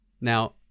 Now